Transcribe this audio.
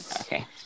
Okay